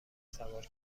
سوار